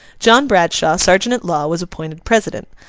john bradshaw, serjeant-at-law, was appointed president.